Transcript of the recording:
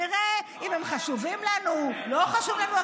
נראה אם הם חשובים לנו, לא חשובים לנו.